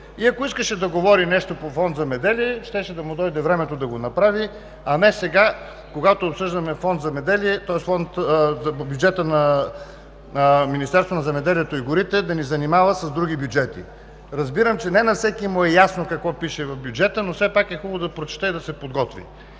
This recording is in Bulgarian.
Ако искаше да говори нещо по Фонд „Земеделие“, щеше да му дойде времето да го направи, а не когато обсъждаме бюджета на Министерството на земеделието, храните и горите да ни занимава с други бюджети. Разбирам, че на всеки му е ясно какво пише в бюджета, но все пак е хубаво да прочете и да се подготви.